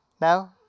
No